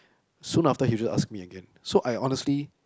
soon after he will ask me again so I'll honestly